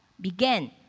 began